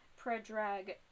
Predrag